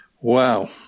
Wow